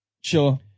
sure